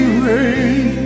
rain